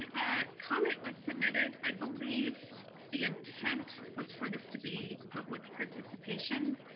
a comment was submitted. i believe the intent was for this to be public participation,